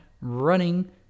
running